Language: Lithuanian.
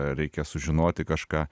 reikia sužinoti kažką